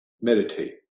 Meditate